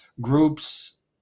groups